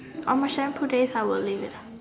on my shampoo days I will leave it